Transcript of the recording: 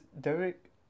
Derek